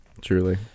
truly